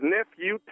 Nephew